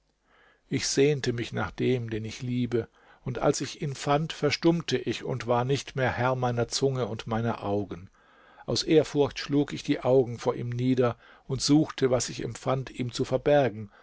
ich sehnte mich nach dem den ich liebe und als ich ihn fand verstummte ich und war nicht mehr herr meiner zunge und meiner augen aus ehrfurcht schlug ich die augen vor ihm nieder und suchte was ich empfand ihm zu verbergen